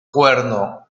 cuerno